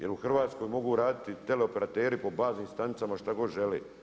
Jel u Hrvatskoj mogu raditi teleoperateri po baznim stanicama šta god žele.